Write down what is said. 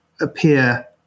appear